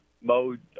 mode